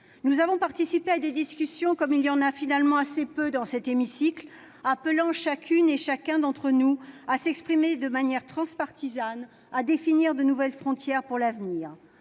Nous avons participé à des discussions comme il y en a finalement assez peu dans cet hémicycle, appelant chacune et chacun d'entre nous à s'exprimer de manière transpartisane, à définir de nouvelles frontières pour l'avenir.